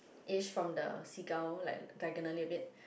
is from the seagull like diagonally a bit